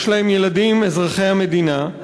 יש להן ילדים אזרחי המדינה,